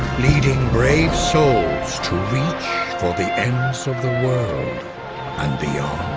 leading brave souls to reach for the ends of the world and beyond